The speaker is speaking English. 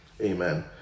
Amen